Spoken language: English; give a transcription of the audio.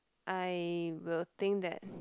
I will think that